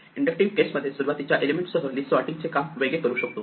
inductive केसमध्ये सुरुवातीच्या एलिमेंटसह लिस्ट सॉर्टिंग चे काम वेगळे करू शकतो